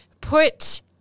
put